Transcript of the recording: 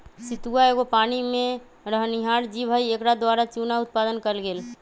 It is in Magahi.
सितुआ एगो पानी में रहनिहार जीव हइ एकरा द्वारा चुन्ना उत्पादन कएल गेल